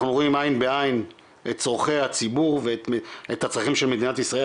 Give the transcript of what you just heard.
אנחנו רואים עין בעין את צורכי הציבור ואת הצרכים של מדינת ישראל,